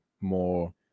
more